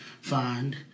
find